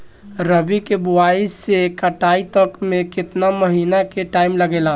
रबी के बोआइ से कटाई तक मे केतना महिना के टाइम लागेला?